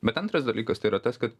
bet antras dalykas tai yra tas kad